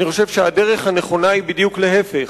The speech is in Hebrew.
אני חושב שהדרך הנכונה היא בדיוק להיפך,